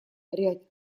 ряд